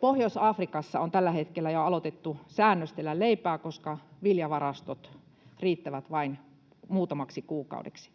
Pohjois-Afrikassa on tällä hetkellä jo aloitettu säännöstelemään leipää, koska viljavarastot riittävät vain muutamaksi kuukaudeksi.